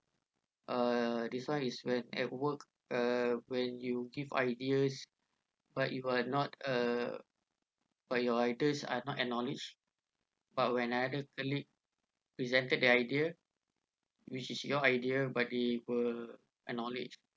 uh this one is when at work uh when you give ideas but you are not uh but your ideas are not acknowledge but when another colleague presented the idea which is your idea but they were acknowledged